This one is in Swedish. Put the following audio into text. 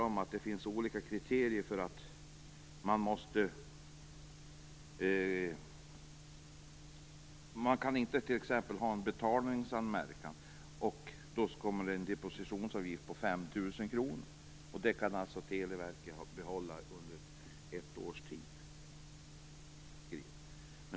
Det finns olika kriterier. Man kan t.ex. inte ha en betalningsanmärkning. Har man en sådan tillkommer en depositionsavgift på 5 000 kr. Den kan Telia behålla under ett års tid.